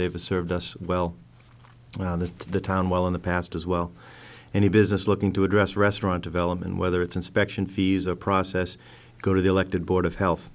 they've served us well around the town while in the past as well any business looking to address restaurant development whether it's inspection fees or process go to the elected board of health